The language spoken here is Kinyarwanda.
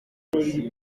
kandi